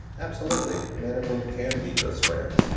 absolutely. men and women can be just friends.